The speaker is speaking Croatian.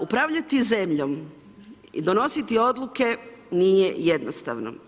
Upravljati zemljom i donositi odluke nije jednostavno.